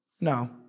No